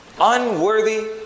Unworthy